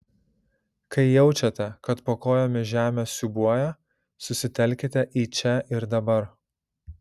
kai jaučiate kad po kojomis žemė siūbuoja susitelkite į čia ir dabar